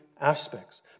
aspects